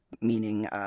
meaning